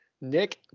nick